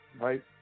right